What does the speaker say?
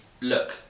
look